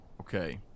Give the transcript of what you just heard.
Okay